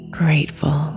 grateful